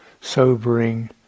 sobering